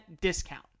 discount